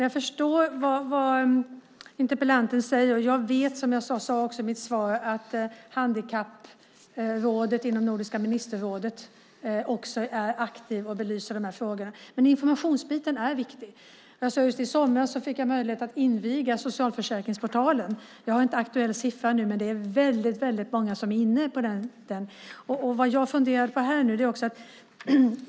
Jag förstår vad interpellanten säger, och jag vet, som jag också sade i mitt svar, att handikapprådet inom Nordiska ministerrådet också är aktivt och belyser de här frågorna. Informationsbiten är viktig. I somras fick jag möjlighet att inviga Socialförsäkringsportalen. Jag har inte någon aktuell siffra, men det är väldigt många som är inne på den.